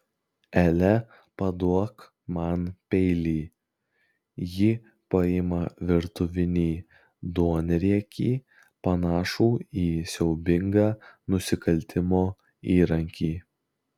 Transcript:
ele paduok man peilį ji paima virtuvinį duonriekį panašų į siaubingą nusikaltimo įrankį